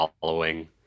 following